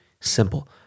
simple